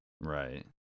Right